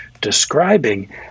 describing